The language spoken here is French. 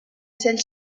celle